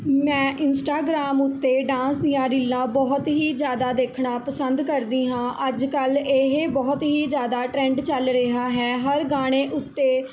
ਮੈਂ ਇੰਸਟਾਗ੍ਰਾਮ ਉੱਤੇ ਡਾਂਸ ਦੀਆਂ ਰੀਲਾਂ ਬਹੁਤ ਹੀ ਜ਼ਿਆਦਾ ਦੇਖਣਾ ਪਸੰਦ ਕਰਦੀ ਹਾਂ ਅੱਜ ਕੱਲ੍ਹ ਇਹ ਬਹੁਤ ਹੀ ਜ਼ਿਆਦਾ ਟਰੈਂਡ ਚੱਲ ਰਿਹਾ ਹੈ ਹਰ ਗਾਣੇ ਉੱਤੇ